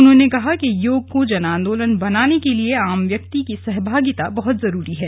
उन्होंने कहा कि योग को जनआंदोलन बनाने के लिए आम व्यक्ति की सहभागिता बहुत जरूरी है